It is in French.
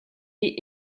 est